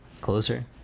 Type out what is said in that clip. Closer